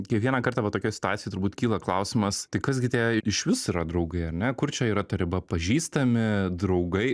kiekvieną kartą va tokioj situacijoj turbūt kyla klausimas tai kas gi tie išvis yra draugai ar ne kur čia yra ta riba pažįstami draugai